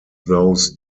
those